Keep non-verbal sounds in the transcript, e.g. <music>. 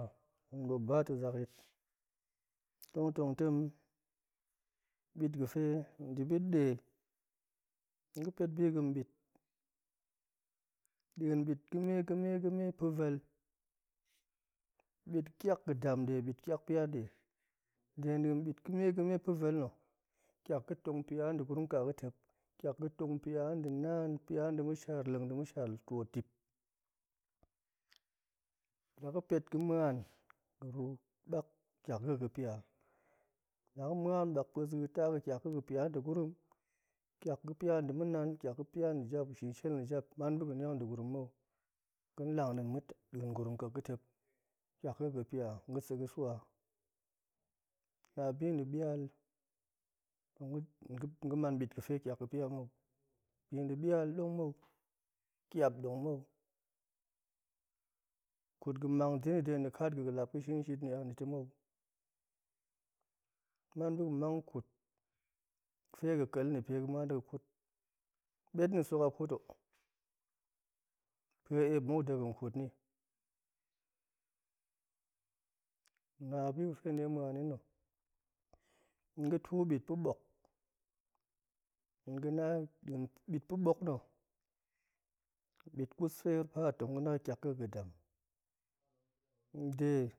<noise> bop ba to zak yit tong tong tem bit ga̱fe debit ɗe tong ga̱ pet bi ga̱ bit din bit ga̱me ga̱me ga̱me pa̱vel bit tiak ga̱ dam ɗe bit tiak pia ɗe de bit ga̱me ga̱me ga̱me pa̱vel na̱ tiak ga̱ tong pia de gurum kaga̱tep tiak ga̱ tong pia de naan pia de ma̱ shar leng de ma̱ shar tiot dip, la ga̱ pet ga̱ muan ga̱ rubak tiak ga̱ a ga̱pia la ga̱ muan bak tiak a ga̱pia de gurum tiak ga̱ pia de ma̱nan tiak ga̱ pia nɗe jap ga̱ shin shel ɗe jap man dega̱ niang degurum mou, ga̱lang din mutan din gurum ƙa̱kma̱tep tiak ga̱ a ga̱pia tong ga̱ sa̱ ga̱ swa na bi de bial tong ga̱man bit ga̱fe tiak ga̱pia mou bi de bial dong mou, kiap dong mou, ƙut ga̱ mang ɗeni de ga̱ ga̱ lap ga̱ shin shit ni aniti mou, man dega̱ mang ƙut ga̱fe ga̱ ƙal depe muan dega̱ ƙut, ɓet na̱ sok a ƙuto pa̱ epmuk dega̱ ƙut ni, na bi ga̱fe detong muani na̱ tong ga̱ tubit pa̱bok tong ga̱na din bit pa̱bok na̱ bit kus fer paat tong ga̱na tiak ga̱ a ga̱dam nde